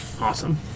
awesome